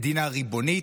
מדינה ריבונית,